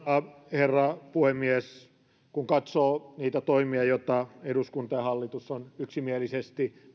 herra puhemies kun katsoo niitä rajoitustoimia joista eduskunta ja hallitus ovat yksimielisesti